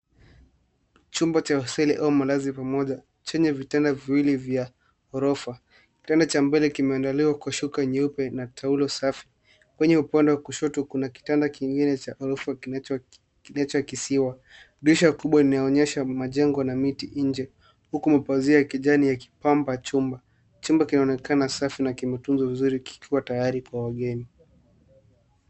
Chumba cha hoteli au malazi pamoja chenye vitanda viwili vya ghorofa. Kitanda cha mbele kimeandaliwa kwa shuka nyeupe na taulo safi. Kwenye upande wa kushoto kuna kitanda kingine cha ghorofa kinacho kinachokisiwa. Dirisha kubwa linaonyesha majengo na miti nje, huku pazia la kijani yakipamba chumba. Chumba kinaonekana safi na kimetunzwa vizuri, kikiwa tayari kwa wageni.